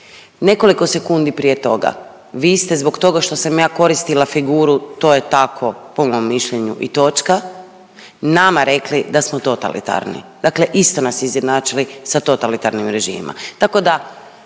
Nekoliko sekundi prije toga vi ste zbog toga što sam ja koristila figuru to je tako po mom mišljenju i točka nama rekli da smo totalitarni. Dakle, isto nas izjednačili sa totalitarnim režimima.